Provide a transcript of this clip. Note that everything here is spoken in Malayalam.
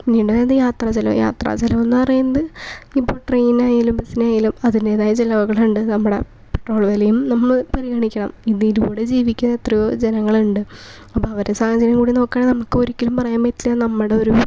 നീണ്ട നീണ്ട യാത്ര ചെലവ് യാത്ര ചെലവെന്നു പറയുന്നത് ഇപ്പോൾ ട്രെയിനായാലും ബസ്സിനായാലും അതിൻ്റെതായ ചെലവുകളുണ്ട് നമ്മുടെ പെട്രോള് വിലയും നമ്മള് പരിഗണിക്കണം ഇതിലൂടെ ജീവിക്കുന്ന എത്രയോ ജനങ്ങളുണ്ട് അപ്പോൾ അവരുടെ സാഹചര്യം കൂടെ നോക്കുവാണെങ്കിൽ നമുക്ക് ഒരിക്കലും പറയാൻ പറ്റില്ല നമ്മുടെ ഒരു